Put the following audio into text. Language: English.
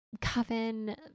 coven